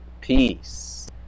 peace